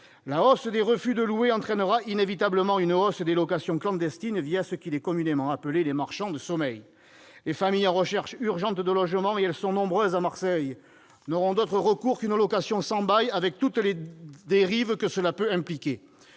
la hausse des refus de permis de louer entraînera inévitablement une hausse des locations clandestines, ce que l'on appelle communément les marchands de sommeil. Les familles en recherche urgente de logement, nombreuses à Marseille, n'auront d'autre recours que d'accepter une location sans bail, avec toutes les dérives que cela peut impliquer.